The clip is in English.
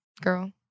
girl